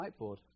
whiteboard